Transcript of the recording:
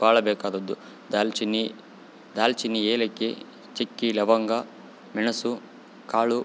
ಭಾಳ ಬೇಕಾದದ್ದು ದಾಲ್ಚಿನ್ನಿ ದಾಲ್ಚಿನ್ನಿ ಏಲಕ್ಕಿ ಚಿಕ್ಕಿ ಲವಂಗ ಮೆಣಸು ಕಾಳು